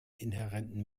inhärenten